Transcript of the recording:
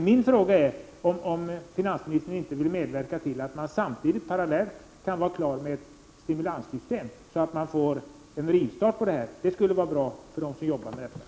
Min fråga är om inte finansministern vill medverka till att man samtidigt, parallellt, kan bli klar med ett stimulanssystem för att få en rivstart på användningen. Det skulle vara bra för dem som jobbar med detta.